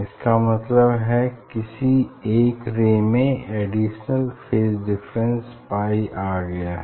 इसका मतलब है किसी एक रे में अडिशनल फेज डिफरेंस पाई आ गया है